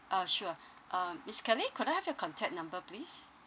ah sure uh miss kelly could I have your contact number please